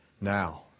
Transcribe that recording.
Now